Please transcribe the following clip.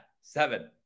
seven